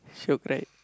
shiok right